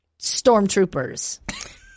Stormtroopers